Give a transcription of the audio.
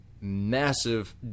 massive